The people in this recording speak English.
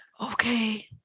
Okay